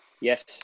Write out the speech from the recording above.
yes